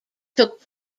took